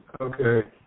Okay